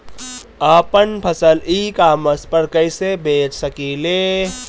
आपन फसल e commerce पर कईसे बेच सकिले?